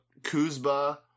kuzba